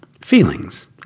Feelings